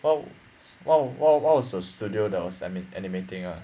what what what what was the studio that was ani~ animating ah